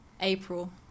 April